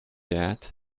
that